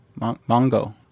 Mongo